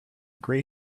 gray